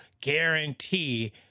guarantee